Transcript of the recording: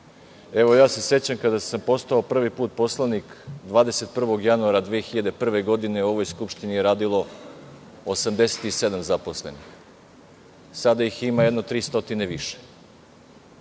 Sećam se kada sam postao prvi put poslanik 21. januara 2001. godine, u ovoj skupštini je radilo 87 zaposlenih. Sada ih ima jedno 300 više.